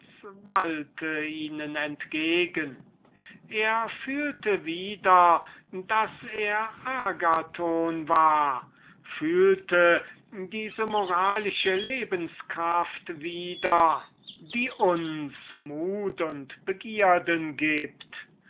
wallte ihnen entgegen er fühlte wieder daß er agathon war fühlte diese moralische lebens kraft wieder die uns mut und begierden gibt